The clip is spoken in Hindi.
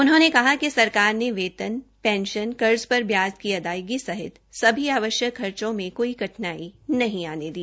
उन्होंने कहा कि सरकार ने वेतन पेंशन कर्ज पर ब्याज की अदायगी सहित सभी आवश्यक खर्चो में कोई कठिनाई नहीं आने दी